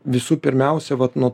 visų pirmiausia vat nu